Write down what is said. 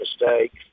mistakes